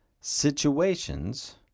situations